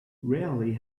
rarely